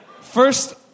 First